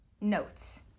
Notes